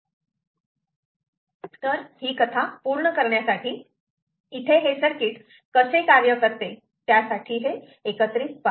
तेव्हा ही कथा पूर्ण करण्यासाठी इथे हे सर्किट कसे कार्य करते त्यासाठी एकत्रित पहा